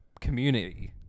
community